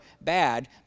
bad